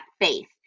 faith